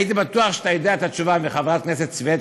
הייתי בטוח שאתה יודע את התשובה מחברת הכנסת סויד,